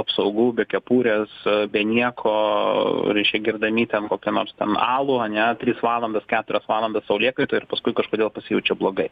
apsaugų be kepurės be nieko reiškia gerdami ten kokį nors ten alų ane tris valandas keturias valandas saulėkaitoj ir paskui kažkodėl pasijaučia blogai